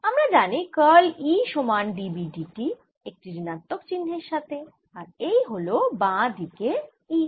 আমরা জানি curl E সমান d b d t একটি ঋণাত্মক চিহ্নের সাথে আর এই হল বাঁ দিকে E